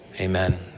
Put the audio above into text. amen